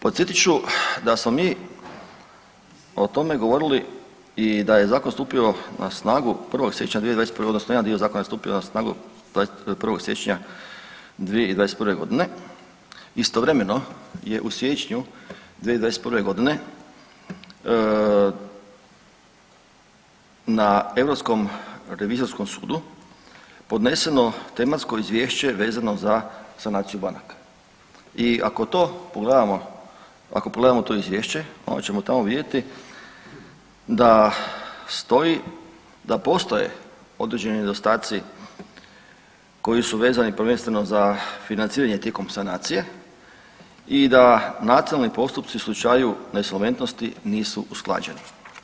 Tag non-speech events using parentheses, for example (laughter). Podsjetit ću da smo mi o tome govorili i da je Zakon stupio na snagu 1. siječnja 2021., odnosno jedan dio Zakona je stupio na snagu 1. siječnja 2021. g. Istovremeno je u siječnju 2021. g. na Europskom revizorskom sudu podneseno tematsko izvješće vezano za sanaciju banaka i ako to pogledamo, ako pogledamo to izvješće, onda ćemo tamo vidjeti da stoji, da postoje određeni nedostaci koji su vezani, prvenstveno za financiranje tijekom sanacije i da ... (unintelligible) postupci u slučaju nesolventnosti nisu usklađeni.